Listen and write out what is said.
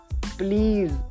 please